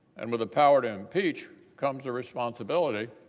and with the power to impeach comes a responsibility